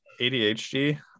ADHD